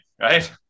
Right